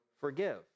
forgive